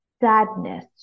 sadness